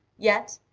yet,